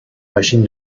machine